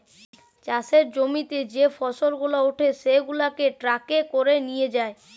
চাষের জমিতে যে ফসল গুলা উঠে সেগুলাকে ট্রাকে করে নিয়ে যায়